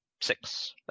six